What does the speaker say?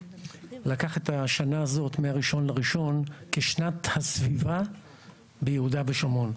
לקח את השנה הזאת מה-1 בינואר כשנת הסביבה ביהודה ושומרון.